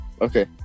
okay